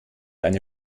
eine